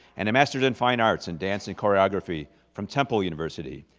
and a masters in fine arts in dance and choreography from temple university.